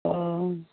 অ'